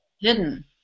Hidden